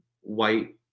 white